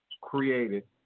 created